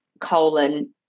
colon